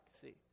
See